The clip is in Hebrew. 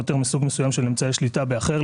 יותר מסוג מסוים של אמצעי שליטה באחר,